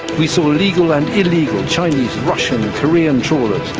we saw legal and illegal chinese, russian and korean trawlers,